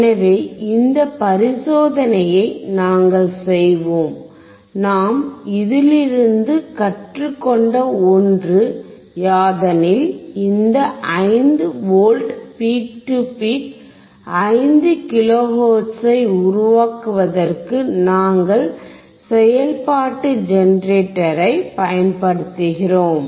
எனவே இந்த பரிசோதனையை நாங்கள் செய்வோம் நாம் இதிலிருந்து கற்றுக்கொண்ட ஒன்று யாதெனில் இந்த 5 V peak to peak 5 kilo ஹெர்ட்ஸை உருவாக்குவதற்கு நாங்கள் செயல்பாட்டு ஜெனரேட்டரைப் பயன்படுத்துகிறோம்